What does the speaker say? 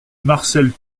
marcel